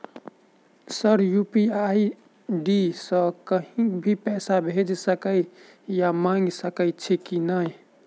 Sir UPI ID सँ कहि भी पैसा भेजि सकै या मंगा सकै छी की न ई?